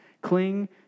cling